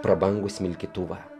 prabangų smilkytuvą